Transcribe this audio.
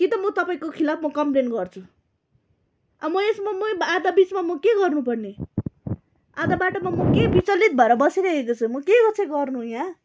कि त म तपाईँको खिलाफमा म कम्प्लेन गर्छु अब म यसमा मै आधा बिचमा म के गर्नु पर्ने आधा बाटोमा म के बिचलित भएर बसिरहेको छु म के चाहिँ गर्नु यहाँ